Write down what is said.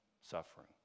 suffering